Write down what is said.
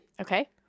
Okay